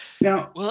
Now